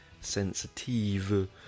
sensitive